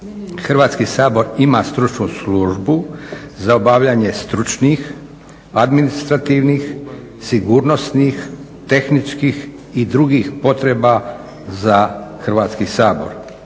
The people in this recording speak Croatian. Hrvatski sabor ima stručnu službu za obavljanje stručnih, administrativnih, sigurnosnih, tehničkih i drugih potreba za Hrvatski sabor.